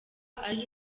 ari